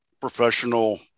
professional